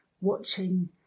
watching